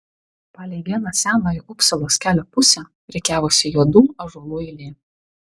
palei vieną senojo upsalos kelio pusę rikiavosi juodų ąžuolų eilė